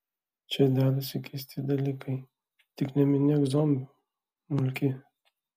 čia dedasi keisti dalykai tik neminėk zombių mulki